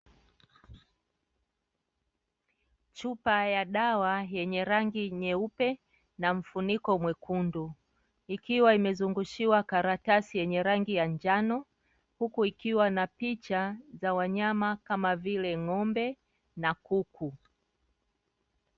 Chupa ya dawa yenye rangi nyeupe na mfuniko mwekundu, ikiwa imezungushiwa karatasi yenye rangi ya njano, huku ikiwa na picha za wanyama kama vile ng'ombe na kuku.